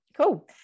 cool